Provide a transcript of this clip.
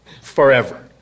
forever